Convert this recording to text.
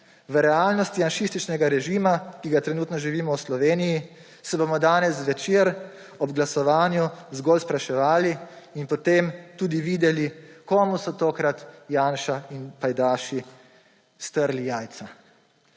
v realnosti janšističnega režima, ki ga trenutno živimo v Sloveniji, se bomo danes zvečer ob glasovanju zgolj spraševali in bomo potem tudi videli, komu so tokrat Janša in pajdaši strli jajca.